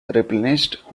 replenished